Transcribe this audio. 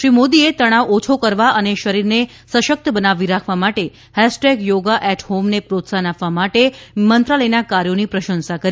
શ્રી મોદીએ તણાવ ઓછું કરવા અને શરીરને સશક્ત બનાવી રાખવા માટે હેશટેગ થોગા એટ હોમ ને પ્રોત્સાહન આપવા માટે મંત્રાલયના કાર્યોની પ્રશંસા કરી